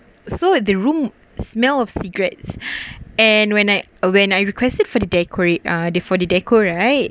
so the room smell of cigarettes and when I uh when I requested for the decorate um for the decor right